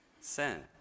sin